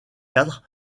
cadres